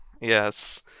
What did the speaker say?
yes